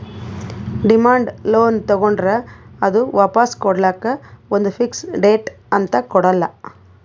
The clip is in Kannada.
ಡಿಮ್ಯಾಂಡ್ ಲೋನ್ ತಗೋಂಡ್ರ್ ಅದು ವಾಪಾಸ್ ಕೊಡ್ಲಕ್ಕ್ ಒಂದ್ ಫಿಕ್ಸ್ ಡೇಟ್ ಅಂತ್ ಕೊಡಲ್ಲ